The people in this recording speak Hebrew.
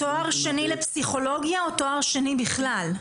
תואר שני לפסיכולוגיה או תואר שני בכלל?